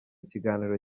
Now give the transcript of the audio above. kiganiro